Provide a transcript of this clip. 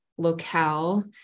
locale